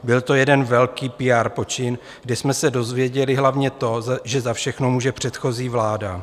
Byl to jeden velký PR počin, kdy jsme se dozvěděli hlavně to, že za všechno může předchozí vláda.